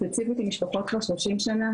וספציפית עם משפחות כבר 30 שנה,